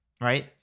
right